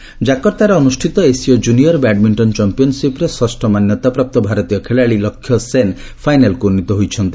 badminton ଜାକର୍ତ୍ତାରେ ଅନୁଷ୍ଠିତ Asia junior badminton ଚାମ୍ପିୟନସିପ୍ରେ ଷଷ ମାନ୍ୟତା ପ୍ରାପ୍ତ ଭାରତୀୟ ଖେଳାଳି ଲକ୍ଷ୍ୟ ସେନ୍ ଫାଇନାଲକୁ ଉନ୍ନୀତ ହୋଇଛନ୍ତି